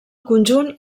conjunt